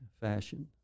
fashion